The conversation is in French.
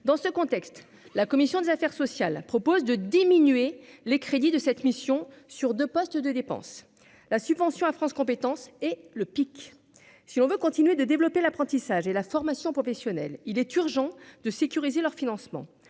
dans ce contexte, la commission des affaires sociales propose de diminuer les crédits de cette mission sur 2 postes de dépenses la subvention à France compétences et le pic si on veut continuer de développer l'apprentissage et la formation professionnelle, il est urgent de sécuriser leur financement,